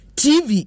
tv